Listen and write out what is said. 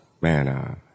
Man